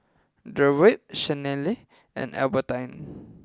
Durward Chanelle and Albertine